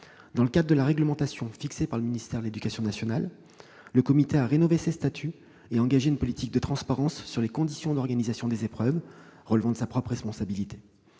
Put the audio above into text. Dans le cadre de la réglementation fixée par le ministère de l'éducation nationale, le comité a ainsi rénové ses statuts et engagé une politique de transparence sur les conditions d'organisation des épreuves relevant de sa propre responsabilité.